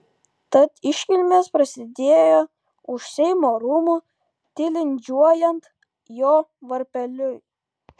tad iškilmės prasidėjo už seimo rūmų tilindžiuojant jo varpeliui